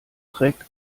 trägt